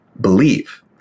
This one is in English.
believe